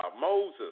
Moses